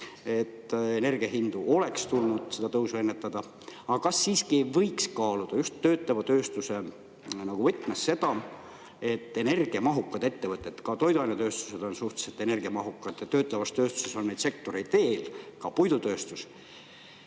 et energiahindade puhul oleks tulnud seda tõusu ennetada. Aga kas siiski ei võiks kaaluda just töötleva tööstuse võtmes seda, et energiamahukatele ettevõtetele – ka toiduainetööstus on suhteliselt energiamahukas ja töötlevas tööstuses on neid sektoreid veel, ka puidutööstus,